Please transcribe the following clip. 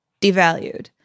devalued